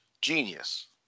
Genius